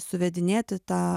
suvedinėti tą